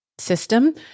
system